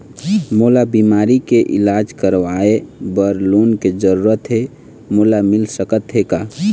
मोला बीमारी के इलाज करवाए बर लोन के जरूरत हे मोला मिल सकत हे का?